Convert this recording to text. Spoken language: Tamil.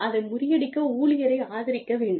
அதை முறியடிக்க ஊழியரை ஆதரிக்க வேண்டும்